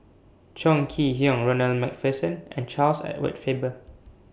Chong Kee Hiong Ronald MacPherson and Charles Edward Faber